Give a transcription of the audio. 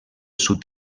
sud